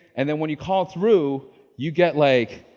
and then when you call through you, get like,